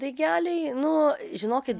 daigeliai nu žinokit